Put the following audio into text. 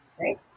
right